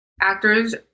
Actors